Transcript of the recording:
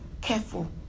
careful